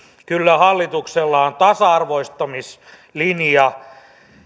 kyllä hallituksella on tasa arvoistamislinja